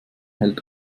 hält